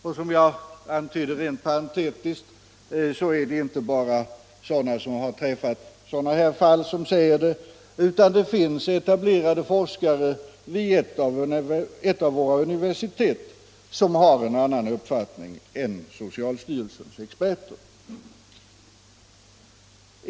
Och som jag antydde parentetiskt sägs detta inte bara av sådana som stött på sådana fall. Det finns även etablerade forskare vid ett av våra universitet som har en annan uppfattning än socialstyrelsens experter.